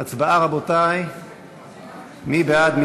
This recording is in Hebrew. מי בעד?